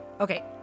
Okay